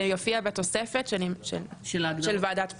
זה יופיע בתוספת של ועדת פנים.